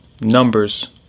numbers